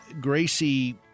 Gracie